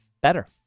better